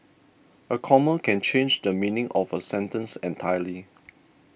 a comma can change the meaning of a sentence entirely